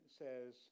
says